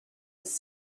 his